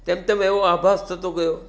તેમ તેમ એવો આભાસ થતો ગયો